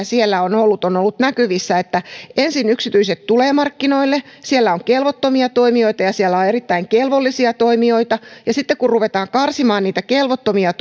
siellä on ollut näkyvissä se iso riski että ensin yksityiset tulevat markkinoille siellä on kelvottomia toimijoita ja siellä on erittäin kelvollisia toimijoita ja sitten kun ruvetaan karsimaan niitä kelvottomia